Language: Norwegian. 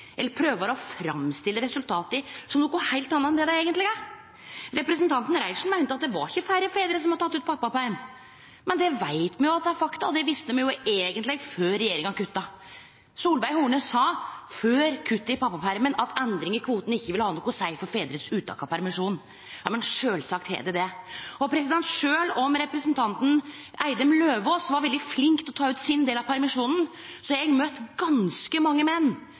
eller som prøver å framstille resultata som noko heilt anna enn det dei eigentleg er. Representanten Reiertsen meinte at det ikkje var færre fedrar som hadde tatt ut pappaperm, men det veit me jo er fakta, og det visste me eigentleg før regjeringa kutta. Solveig Horne sa før kuttet i pappapermen at endring i kvota ikkje ville ha noko å seie for fedrar sitt uttak av permisjon. Sjølvsagt har det det. Sjølv om representanten Eidem Løvaas var veldig flink til å ta ut sin del av permisjonen, har eg møtt ganske mange menn,